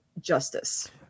justice